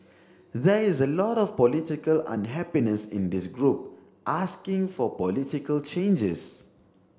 there is a lot of political unhappiness in this group asking for political changes